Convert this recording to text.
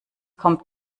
komm